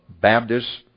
Baptists